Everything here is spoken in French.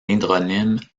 hydronyme